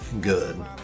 good